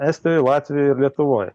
estijoj latvijoj ir lietuvoj